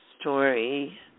story